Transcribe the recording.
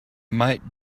might